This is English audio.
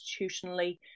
institutionally